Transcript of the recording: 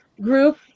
group